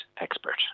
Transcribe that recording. expert